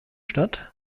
stadt